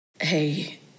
Hey